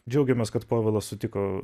džiaugiamės kad povilas sutiko